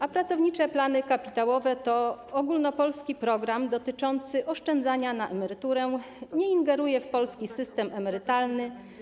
A pracownicze plany kapitałowe to ogólnopolski program dotyczący oszczędzania na emeryturę, który nie ingeruje w polski system emerytalny.